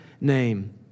name